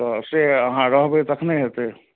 तऽ से अहाँ रहबै तखने हेतै